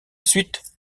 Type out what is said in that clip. suite